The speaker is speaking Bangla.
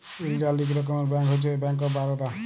ইলডিয়াল ইক রকমের ব্যাংক হছে ব্যাংক অফ বারদা